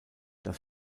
das